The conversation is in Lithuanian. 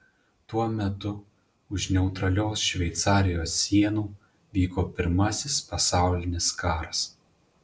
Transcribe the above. tuo metu už neutralios šveicarijos sienų vyko pirmasis pasaulinis karas